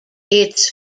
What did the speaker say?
its